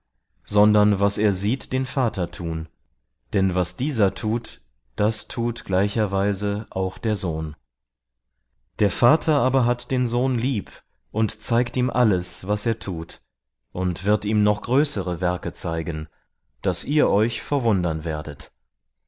sondern was er sieht den vater tun denn was dieser tut das tut gleicherweise auch der sohn der vater aber hat den sohn lieb und zeigt ihm alles was er tut und wird ihm noch größere werke zeigen daß ihr euch verwundern werdet